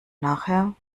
nachher